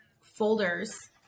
folders